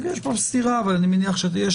יש סתירה אבל יש פרקטיקה.